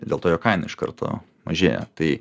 dėl to jo kaina iš karto mažėja tai